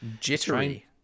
Jittery